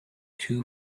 two